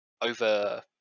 over